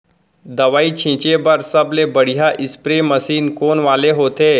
दवई छिंचे बर सबले बढ़िया स्प्रे मशीन कोन वाले होथे?